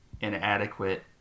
inadequate